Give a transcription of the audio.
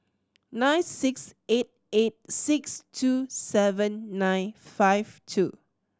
nine six eight eight six two seven nine five two